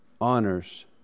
honors